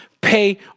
pay